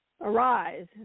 arise